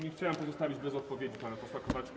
Nie chciałem pozostawić bez odpowiedzi pana posła Kowalczyka.